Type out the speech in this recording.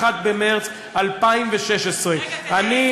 ב-31 במרס 2016. רגע,